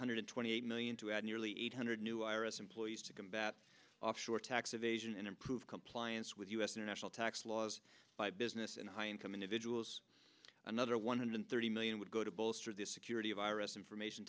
hundred twenty eight million to add nearly eight hundred new i r s employees to combat offshore tax evasion and improve compliance with u s international tax laws by business and high income individuals another one hundred thirty million would go to bolster the security of our us information